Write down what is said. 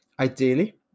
ideally